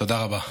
תודה רבה.